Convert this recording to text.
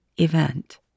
event